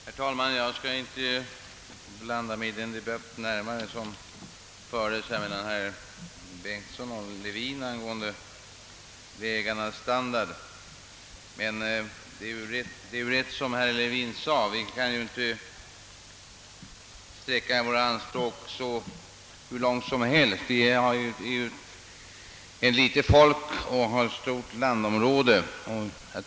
Herr talman! Jag skall inte blanda mig i debatten mellan herr Bengtson i Solna och herr Levin angående vägarnas standard. Herr Levin har emellertid rätt i att vi inte kan sträcka våra anspråk hur långt som helst; vi är ju ett litet folk och har ett stort landområde.